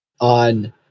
on